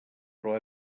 però